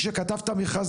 כשכתב את המכרז,